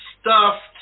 stuffed